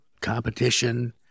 competition